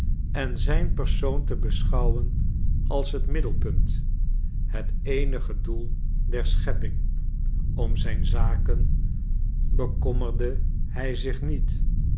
en zijn persoon te beschouwen als het middelpunt het eenige doel der schepping om zijn zaken bekommerde hij zich niet